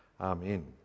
amen